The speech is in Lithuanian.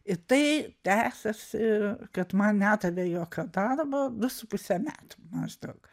ir tai tęsėsi kad man nedavė jokio darbo du su puse metų maždaug